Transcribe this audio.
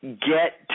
get